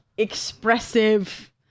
expressive